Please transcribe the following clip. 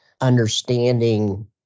understanding